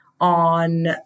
on